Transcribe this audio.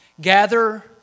Gather